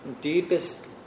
deepest